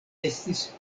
estis